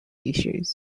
issues